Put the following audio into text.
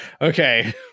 okay